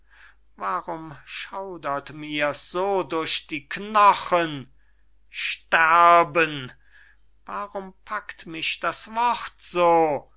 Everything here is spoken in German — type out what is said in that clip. warum schaudert mir so durch die knochen sterben warum packt mich das wort so